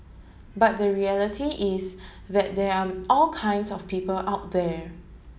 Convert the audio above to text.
but the reality is that there are all kinds of people out there